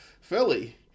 Philly